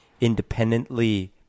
independently